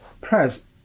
press